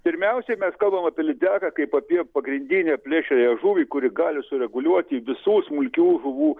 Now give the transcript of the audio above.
pirmiausiai mes kalbam apie lydeką kaip apie pagrindinę plėšriąją žuvį kuri gali sureguliuoti visų smulkių žuvų